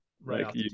right